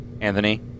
Anthony